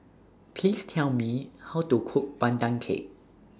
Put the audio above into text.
Please Tell Me How to Cook Pandan Cake